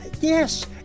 Yes